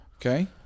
Okay